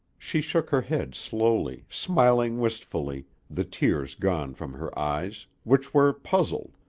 she shook her head slowly, smiling wistfully, the tears gone from her eyes, which were puzzled,